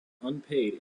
unpaid